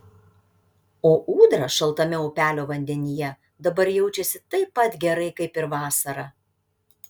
o ūdra šaltame upelio vandenyje dabar jaučiasi taip pat gerai kaip ir vasarą